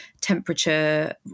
temperature